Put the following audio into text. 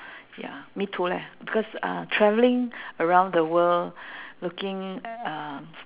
ya me too leh because uh traveling around the world looking um